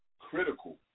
critical